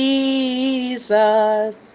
Jesus